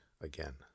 again